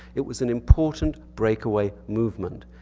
it was an important break away movement.